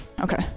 okay